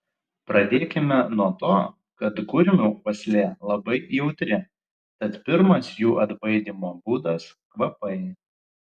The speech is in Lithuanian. pradėkime nuo to kad kurmių uoslė labai jautri tad pirmas jų atbaidymo būdas kvapai